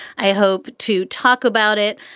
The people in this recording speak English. i hope to talk about it.